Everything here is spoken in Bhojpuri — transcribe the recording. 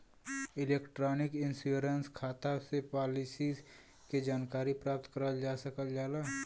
इलेक्ट्रॉनिक इन्शुरन्स खाता से पालिसी के जानकारी प्राप्त करल जा सकल जाला